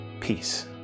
peace